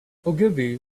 ogilvy